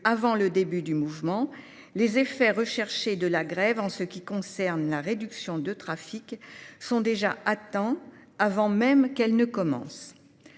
avant le début du mouvement, les effets recherchés de la grève sur la réduction de trafic sont déjà atteints avant même qu'elle ne commence.